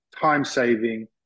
time-saving